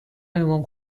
امام